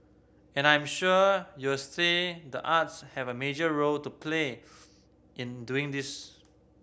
and I'm sure you'll say the arts have a major role to play in doing this